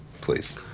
please